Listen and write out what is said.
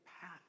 path